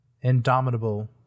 Indomitable